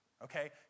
Okay